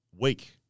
weak